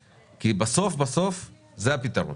כי בסוף בסוף זה הפתרון.